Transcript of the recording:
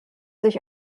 sich